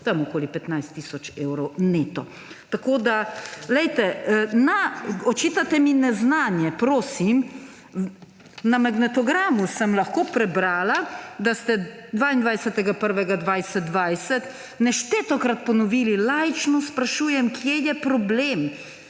tam okoli 15 tisoč evrov neto. Očitate mi neznanje. Prosim, na magnetogramu sem lahko prebrala, da ste 22. januarja 2020 neštetokrat ponovili, »laično sprašujem, kje je problem«.